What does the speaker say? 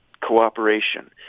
Cooperation